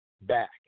back